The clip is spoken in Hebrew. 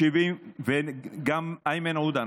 וגם איימן עודה,